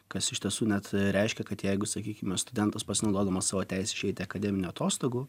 kas iš tiesų net reiškia kad jeigu sakykime studentas pasinaudodamas savo teise išeiti akademinių atostogų